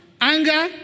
anger